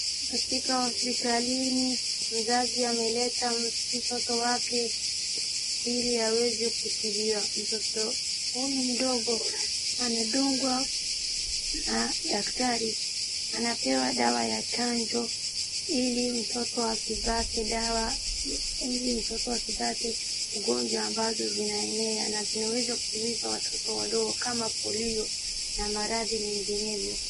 Katika hospitalini, mzazi ameleta mtoto wake ili aweze kutibiwa. Mtoto huyu mdogo anadungwa na daktari, anapewa dawa ya chanjo ili mtoto asipate ugonjwa ambazo zinaenea na zinaweza kuumiza watoto wadogo kama polio na maradhi mengineo.